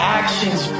actions